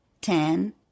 ten